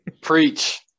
Preach